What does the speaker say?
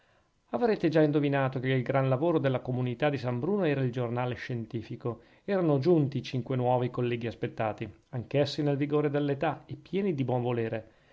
avrete già indovinato che il gran lavoro della comunità di san bruno era il giornale scientifico erano giunti i cinque nuovi colleghi aspettati anch'essi nel vigore dell'età e pieni di buon volere